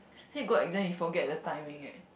he got exam he forget the timing eh